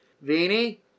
Vini